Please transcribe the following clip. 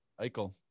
Eichel